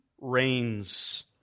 reigns